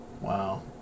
wow